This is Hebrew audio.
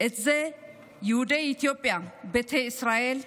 את יהודי אתיופיה, ביתא ישראל,